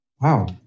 Wow